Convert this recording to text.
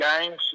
games